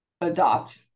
adopt